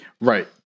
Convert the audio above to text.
Right